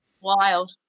Wild